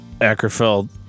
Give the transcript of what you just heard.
Ackerfeld